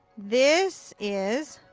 this is,